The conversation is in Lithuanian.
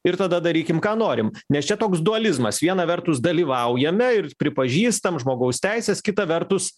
ir tada darykim ką norim nes čia toks dualizmas viena vertus dalyvaujame ir pripažįstam žmogaus teises kita vertus